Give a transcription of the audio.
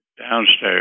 downstairs